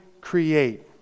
create